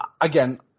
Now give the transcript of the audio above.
again